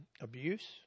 abuse